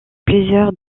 plusieurs